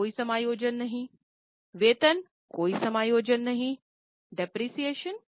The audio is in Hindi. तो कोई समायोजन नहींवेतन कोई समायोजन नहीं डेप्रिसिएशन